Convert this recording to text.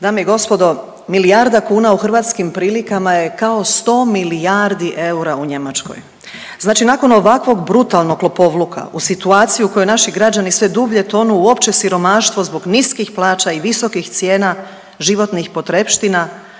Dame i gospodo, milijarda kuna u hrvatskim prilikama je kao 100 milijardi eura u Njemačkoj. Znači nakon ovakvog brutalnog lopovluka, u situaciji u kojoj naši građani sve dublje tonu u opće siromaštvo zbog niskih plaća i visokih cijena životnih potrepština